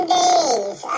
days